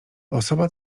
osoba